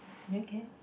okay